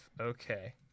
okay